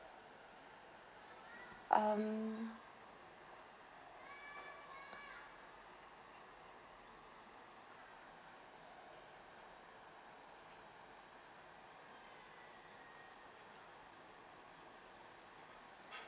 um